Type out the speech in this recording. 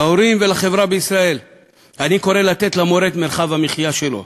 להורים ולחברה בישראל אני קורא לתת למורה את מרחב המחיה שלו,